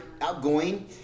outgoing